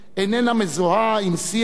איננה מזוהה עם שיח